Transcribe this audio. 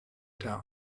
town